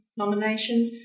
nominations